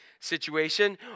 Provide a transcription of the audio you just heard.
situation